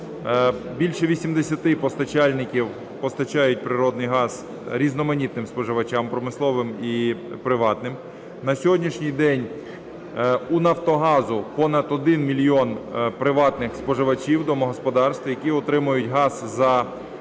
Більше 80 постачальників постачають природний газ різноманітним споживачам, промисловим і приватним. На сьогоднішній день у "Нафтогазу" понад 1 мільйон приватних споживачів-домогосподарств, які отримують газ за ціною